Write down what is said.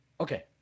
Okay